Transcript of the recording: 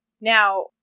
Now